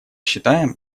считаем